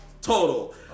total